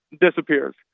disappears